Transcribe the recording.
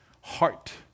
heart